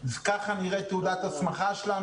ככה נראית תעודת הסמכה שלנו.